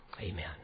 Amen